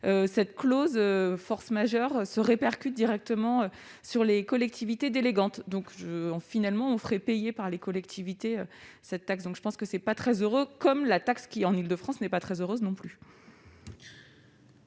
cette clause force majeure se répercute directement sur les collectivités d'élégantes, donc je ont finalement on frais payés par les collectivités, cette taxe, donc je pense que c'est pas très heureux, comme la taxe qui en Île-de-France n'est pas très heureuse non plus.